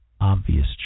obvious